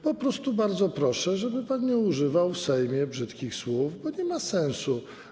Po prostu bardzo proszę, żeby pan nie używał w Sejmie brzydkich słów, bo to nie ma sensu.